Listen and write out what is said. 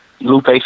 Lupe